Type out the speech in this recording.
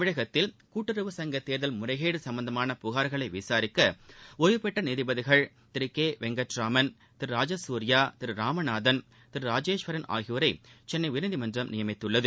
தமிழகத்தில் கூட்டுறவு சங்கத் தேர்தல் முறைகேடு சும்பந்தமான புகார்களை விசாரிக்க ஒய்வுபெற்ற நீதிபதிகள் திரு கே வெங்கட்ராமன் திரு ராஜசூர்யா திரு ராமநாதன் திரு ராஜேஷ்வரன் ஆகியோரை சென்னை உயர்நீதிமன்றம் நியமித்துள்ளது